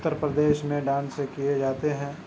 اتر پردیش میں ڈانس کیے جاتے ہیں